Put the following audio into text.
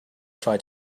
try